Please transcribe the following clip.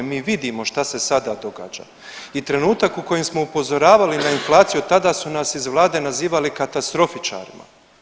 Mi vidimo šta se sada događa i trenutak u kojem smo upozoravali na inflaciju tada su nas iz vlade nazivali katastrofičarima.